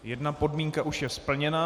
Jedna podmínka už je splněna.